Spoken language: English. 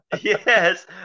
Yes